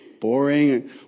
boring